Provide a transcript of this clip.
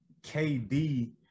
KD